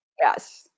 Yes